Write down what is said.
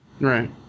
Right